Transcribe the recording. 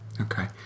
okay